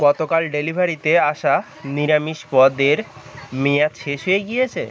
গতকাল ডেলিভারিতে আসা নিরামিষ পদের মেয়াদ শেষ হয়ে গিয়েছে